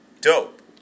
Dope